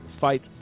fight